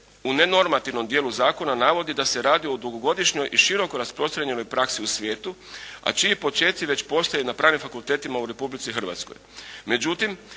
u nenormativnom dijelu zakona navodi da se radi o dugogodišnjoj i široko rasprostranjenoj praksi u svijetu a čiji počeci već postoje na pravnim fakultetima u Republici Hrvatskoj.